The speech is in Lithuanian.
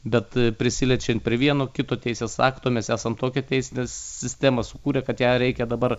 bet prisiliečiant prie vieno kito teisės akto mes esam tokią teisinę sistemą sukūrę kad ją reikia dabar